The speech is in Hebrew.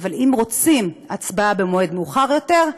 אבל אם רוצים הצבעה במועד מאוחר יותר,